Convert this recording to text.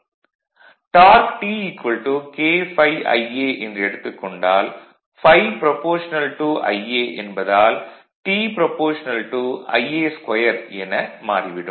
dark T K ∅ Ia என்று எடுத்துக் கொண்டால் ∅ α Ia என்பதால் T α Ia2 என மாறிவிடும்